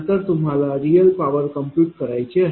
नंतर तुम्हाला real power compute करायची आहे